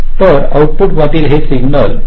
तर आउटपुट मधील हे सिग्नल 5